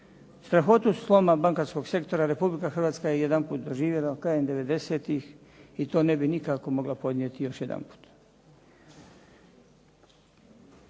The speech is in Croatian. Strahotu sloma bankarskog sektora Republika Hrvatska je jedanput doživjela krajem '90.-tih i to ne bi nikako mogla podnijeti još jedanput.